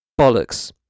Bollocks